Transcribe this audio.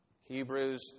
Hebrews